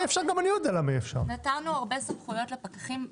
נתנו הרבה סמכויות לפקחים,